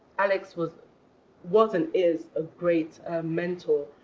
alex was was and is a great mentor.